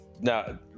Now